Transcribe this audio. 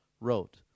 wrote